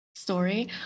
story